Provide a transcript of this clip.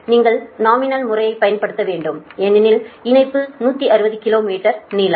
நீங்கள் நாமினல் முறையைப் பயன்படுத்த வேண்டும் ஏனெனில் இணைப்பு 160 கிலோ மீட்டர் நீளம்